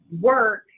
work